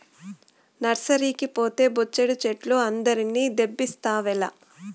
నర్సరీకి పోతే బొచ్చెడు చెట్లు అందరిని దేబిస్తావేల